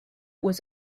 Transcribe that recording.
was